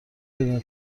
بدون